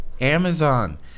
amazon